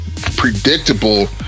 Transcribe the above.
predictable